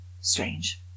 strange